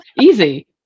Easy